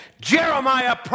Jeremiah